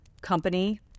company